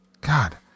God